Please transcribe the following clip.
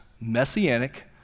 Messianic